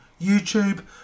youtube